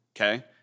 Okay